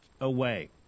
away